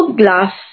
glass